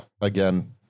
again